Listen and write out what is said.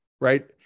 right